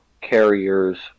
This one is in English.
carriers